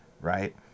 right